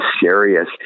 serious